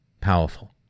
powerful